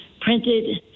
printed